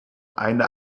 eine